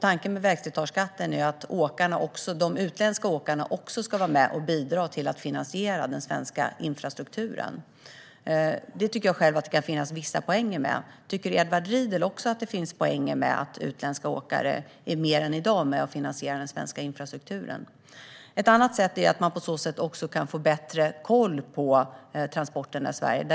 Tanken med vägslitageskatten är att även de utländska åkarna ska vara med och bidra till att finansiera den svenska infrastrukturen. Jag tycker själv att det kan finnas vissa poänger med detta. Tycker Edward Riedl också att det finns poänger med att utländska åkare mer än i dag ska vara med och finansiera den svenska infrastrukturen? En annan poäng är att man på så sätt kan få bättre koll på transporterna i Sverige.